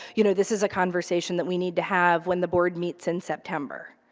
you know, this is a conversation that we need to have when the board meets in september.